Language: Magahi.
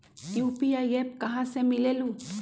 यू.पी.आई एप्प कहा से मिलेलु?